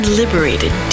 liberated